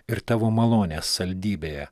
ir tavo malonės saldybėje